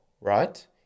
right